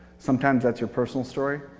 sometimes that's your personal story,